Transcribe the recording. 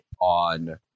on